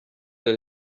that